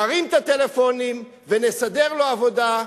נרים את הטלפונים ונסדר לו עבודה,